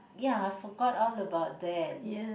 ya I forgot all about that